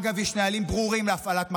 אגב, יש נהלים ברורים להפעלת מכת"זית,